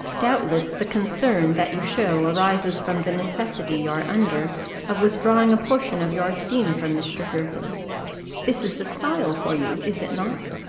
doubtless the concern that you show arises from the necessity you are under of withdrawing a portion of your esteem from mr. hervey this is the style for you, is it not?